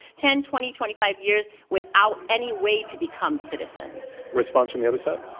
ten, twenty, twenty five years without any way to become citizens. response from the other side?